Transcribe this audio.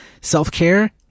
self-care